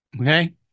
Okay